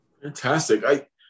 Fantastic